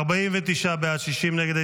49 בעד, 60 נגד.